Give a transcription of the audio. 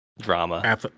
drama